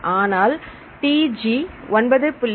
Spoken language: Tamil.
அதனால் T G 9